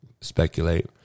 speculate